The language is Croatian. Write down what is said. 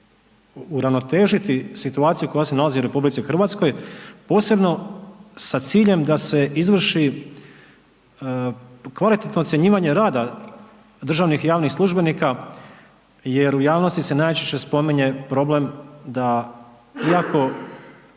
će uravnotežiti situaciju koja se nalazi u RH. Posebno sa ciljem da se izvrši kvalitetno ocjenjivanje rada državnih i javnih službenika jer u javnosti se najčešće spominje problem da iako